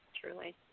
truly